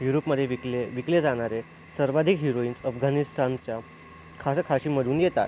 युरोपमध्ये विकले विकले जाणारे सर्वाधिक हिरोईन्स अफगाणिस्तानच्या खाजखाशीमधून येतात